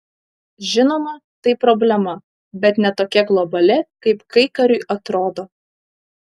žinoma tai problema bet ne tokia globali kaip kaikariui atrodo